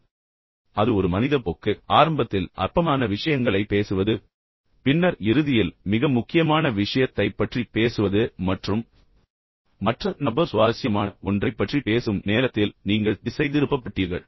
எனவே அது மீண்டும் ஒரு மனித போக்கு ஆரம்பத்தில் அற்பமான விஷயங்களைப் பேசுவது பின்னர் இறுதியில் மிக முக்கியமான விஷயத்தைப் பற்றி பேசுவது மற்றும் மற்ற நபர் மிகவும் சுவாரஸ்யமான ஒன்றைப் பற்றி பேசும் நேரத்தில் நீங்கள் திசைதிருப்பப்பட்டீர்கள்